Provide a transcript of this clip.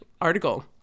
article